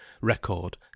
record